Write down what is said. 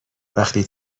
وقتی